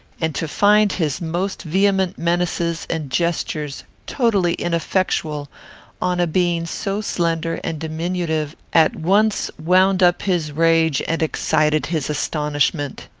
and to find his most vehement menaces and gestures totally ineffectual on a being so slender and diminutive at once wound up his rage and excited his astonishment.